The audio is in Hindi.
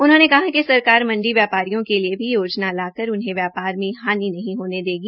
उन्होंने कहा कि सरकार मंडी व्यापारियों के लिए भी योनजा लाकर उन्हें व्यापार मे हानि नहीं होने देगी